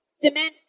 Demand